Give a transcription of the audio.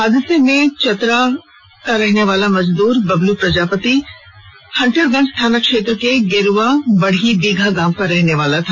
हादसे में चतरा का मरने वाला मजदूर बबलू प्रजापति हंटरगंज थाना क्षेत्र के गेरुआ बढ़ही बीघा गांव का रहने वाला था